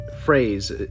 phrase